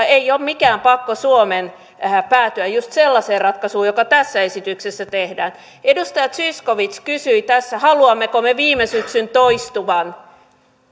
ei ole mikään pakko päätyä just sellaiseen ratkaisuun joka tässä esityksessä tehdään edustaja zyskowicz kysyi tässä haluammeko me viime syksyn toistuvan